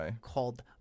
called